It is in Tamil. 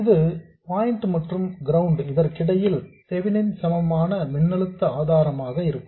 இது பாயிண்ட் மற்றும் கிரவுண்ட் இதற்கிடையில் தெவெனின் சமமான மின்னழுத்த ஆதாரமாக இருக்கும்